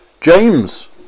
James